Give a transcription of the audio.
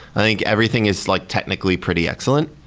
i think everything is like technically pretty excellent.